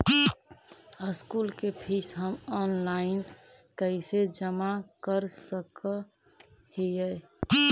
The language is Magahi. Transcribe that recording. स्कूल के फीस हम ऑनलाइन कैसे जमा कर सक हिय?